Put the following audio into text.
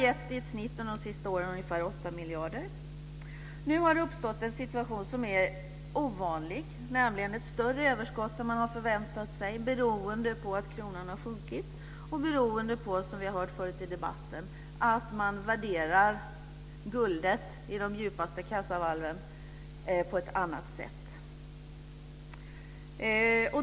Detta har under de senaste åren i snitt gett ca 8 miljarder. Nu har det uppstått en situation som är ovanlig, nämligen ett större överskott än man har förväntat sig beroende på att kronan har sjunkit och beroende på, som vi har hört tidigare i debatten, att man värderar guldet i de djupaste kassavalven på ett annat sätt.